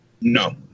No